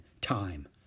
time